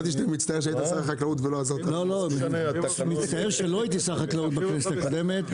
מצטער שלא הייתי שר החקלאות בכנסת הקודמת.